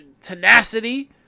tenacity